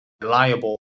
reliable